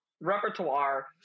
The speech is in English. repertoire